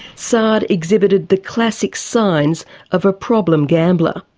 saad exhibited the classic signs of a problem gambler.